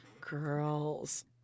Girls